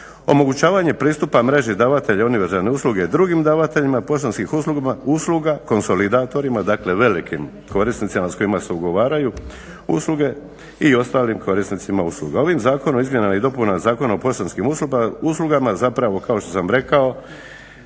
Omogućavanje pristupa mreži davatelja univerzalne usluge drugim davateljima poštanskih usluga, konsolidatorima, dakle velikim korisnicima s kojima se ugovaraju usluge i ostalim korisnicima usluga. Ovim Zakonom o izmjenama i dopunama Zakona o poštanskim uslugama zapravo kao što sam rekao